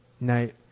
night